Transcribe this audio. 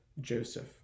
Joseph